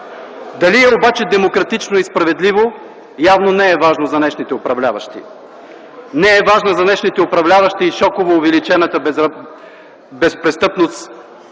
Дали е обаче демократично и справедливо, явно не е важно за днешните управляващи. Не е важно за днешните управляващи и шоково увеличената престъпност